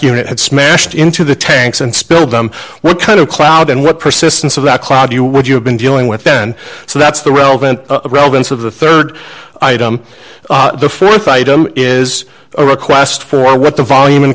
unit had smashed into the tanks and spilled them what kind of cloud and what persistence of that cloud you would you have been dealing with then so that's the relevant relevance of the rd item the th item is a request for what the volume